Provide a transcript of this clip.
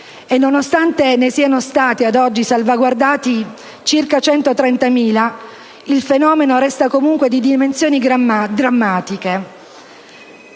e, nonostante ne siano stati ad oggi salvaguardati circa 130.000, il fenomeno resta comunque di dimensioni drammatiche.